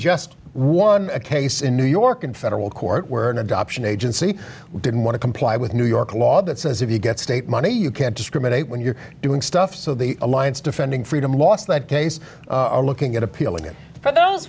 just won a case in new york in federal court where an adoption agency didn't want to comply with new york law that says if you get state money you can't discriminate when you're doing stuff so the alliance defending freedom lost that case are looking at appealing it for those